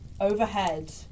overhead